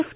F